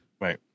right